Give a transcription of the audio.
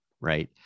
Right